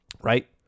right